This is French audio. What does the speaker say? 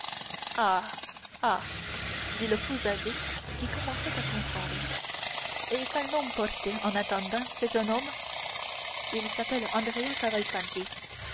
dit le faux abbé qui commençait à comprendre et quel nom porte en attendant ce jeune homme il s'appelle andrea